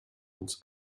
uns